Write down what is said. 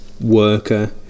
worker